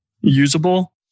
usable